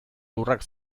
lurrak